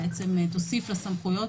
תוסיף לה סמכויות.